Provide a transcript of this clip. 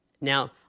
Now